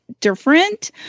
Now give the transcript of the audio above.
Different